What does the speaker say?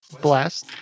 Blast